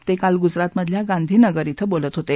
ते काल गुजरात मधल्या गांधीनगर ॐ बोलत होते